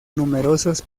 numerosos